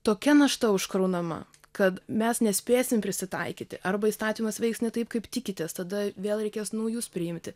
tokia našta užkraunama kad mes nespėsim prisitaikyti arba įstatymas veiks ne taip kaip tikitės tada vėl reikės naujus priimti